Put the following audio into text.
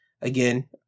again